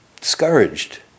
discouraged